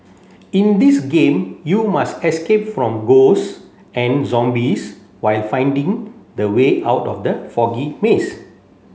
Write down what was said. in this game you must escape from ghosts and zombies while finding the way out of the foggy maze